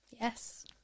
yes